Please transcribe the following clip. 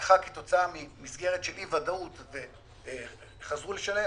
לקחה כתוצאה ממסגרת של אי ודאות וחזרו לשלם,